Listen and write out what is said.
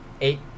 eight